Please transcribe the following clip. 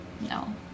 No